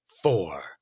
four